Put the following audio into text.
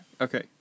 Okay